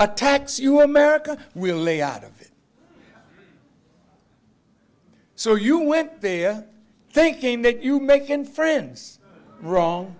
attacks you america will lay out of it so you went there thinking that you making friends wrong